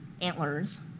antlers